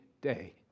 day